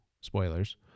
Spoilers